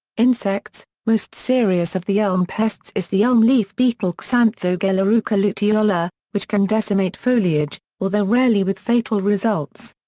insects most serious of the elm pests is the elm leaf beetle xanthogaleruca luteola, which can decimate foliage, although rarely with fatal results.